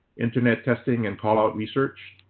internet testing, and callout research.